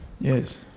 Yes